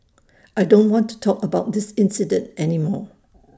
I don't want to talk about this incident any more